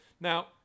Now